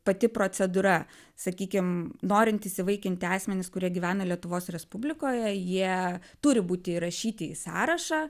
pati procedūra sakykim norintys įvaikinti asmenys kurie gyvena lietuvos respublikoje jie turi būti įrašyti į sąrašą